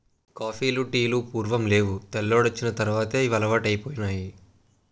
కాపీలు టీలు పూర్వం నేవు తెల్లోడొచ్చిన తర్వాతే ఇవి అలవాటైపోనాయి